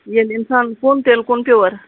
ییٚلہِ اِنسانن کُن تیٚلہِ کُن پیٛوٗور